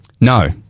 No